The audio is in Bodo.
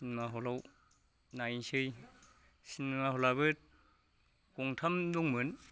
सिनेमा हलाव नायसै सिनेमा हलाबो गंथाम दंमोन